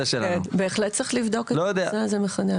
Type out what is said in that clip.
בהחלט צריך לבדוק את הנושא הזה מחדש.